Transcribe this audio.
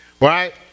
Right